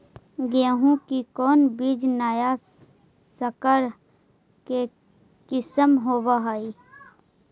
गेहू की कोन बीज नया सकर के किस्म होब हय?